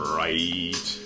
right